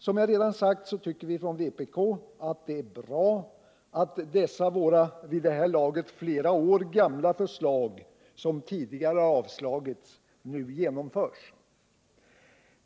Som jag redan har sagt tycker vi från vpk att det är bra att dessa våra vid det här laget flera år gamla förslag, som tidigare har avslagits, nu genomförs.